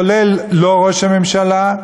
כולל לא ראש הממשלה,